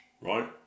right